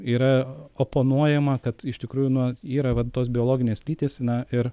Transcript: yra oponuojama kad iš tikrųjų nu yra vat tos biologinės lytys na ir